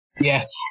yes